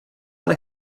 ale